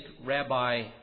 rabbi